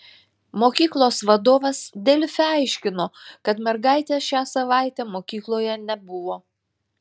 mokyklos vadovas delfi aiškino kad mergaitės šią savaitę mokykloje nebuvo